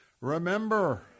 remember